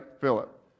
Philip